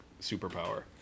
superpower